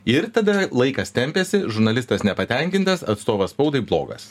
ir tada laikas tempiasi žurnalistas nepatenkintas atstovas spaudai blogas